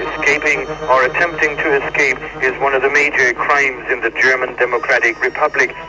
escaping or attempting to escape is one of the major crimes in the german democratic republic,